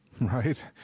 Right